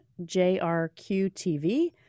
JRQ-TV